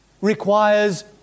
requires